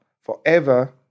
forever